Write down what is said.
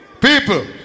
people